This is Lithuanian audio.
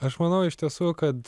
aš manau iš tiesų kad